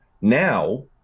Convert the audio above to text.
now